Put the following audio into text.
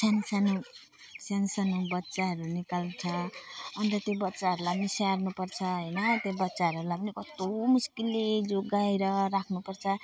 सान्सानो सान्सानो बच्चाहरू निकाल्छ अन्त त्यो बच्चाहरूलाई नि स्याहार्नु पर्छ होइन त्यो बच्चाहरूलाई पनि कस्तो मुस्किलले जोगाएर राख्नु पर्छ